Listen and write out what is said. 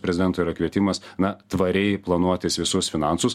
prezidento yra kvietimas na tvariai planuotis visus finansus